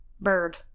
bird